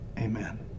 Amen